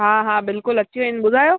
हा हा बिल्कुलु अची वयूं आहिनि ॿुधायो